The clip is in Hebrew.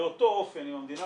באותו אופן אם המדינה